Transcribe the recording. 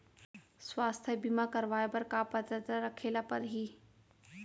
स्वास्थ्य बीमा करवाय बर का पात्रता रखे ल परही?